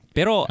Pero